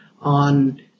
on